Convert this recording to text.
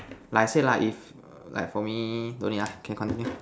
like say lah if like for me don't need lah okay continue